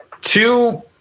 Two